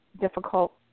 difficult